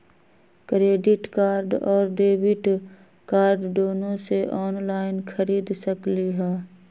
Credit card और debit card दोनों से ऑनलाइन खरीद सकली ह?